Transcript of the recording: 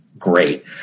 Great